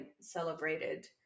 celebrated